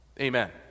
Amen